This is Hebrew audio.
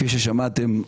כפי ששמעתם,